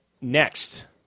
Next